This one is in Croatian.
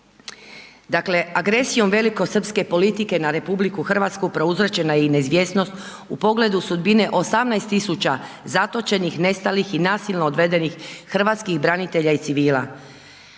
Dakle, agresijom velikosrpske agresije na RH prouzročena je i neizvjesnost u pogledu sudbine 18.000 zatočenih, nestalih i nasilno odvedenih Hrvatskih branitelja i civila.